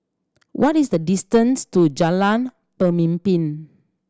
what is the distance to Jalan Pemimpin